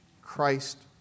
Christ